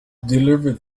deliver